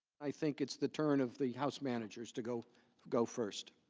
i think it's the turn of the house managers to go go first.